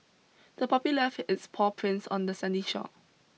the puppy left its paw prints on the sandy shore